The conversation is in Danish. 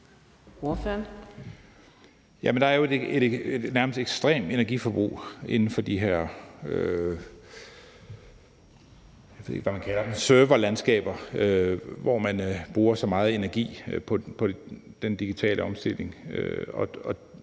der er jo et nærmest ekstremt energiforbrug inden for de her serverlandskaber – jeg ved ikke, om man kalder dem det – hvor man bruger så meget energi på den digitale omstilling,